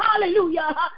hallelujah